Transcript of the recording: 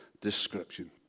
description